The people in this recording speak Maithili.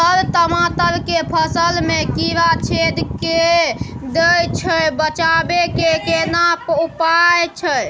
सर टमाटर के फल में कीरा छेद के दैय छैय बचाबै के केना उपाय छैय?